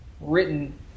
written